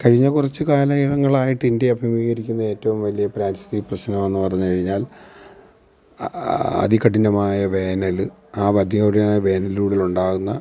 കഴിഞ്ഞ കുറച്ച് കാലായുഗങ്ങളായിട്ട് ഇന്ത്യ അഭിമുകീകരിക്കുന്ന ഏറ്റവും വലിയ പരിസ്ഥിതി പ്രശ്നമെന്ന് പറഞ്ഞു കഴിഞ്ഞാൽ അതികഠിനമായ വേനല് ആ മധ്യ വേനൽ ചൂടിലുണ്ടാകുന്ന